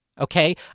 Okay